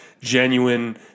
genuine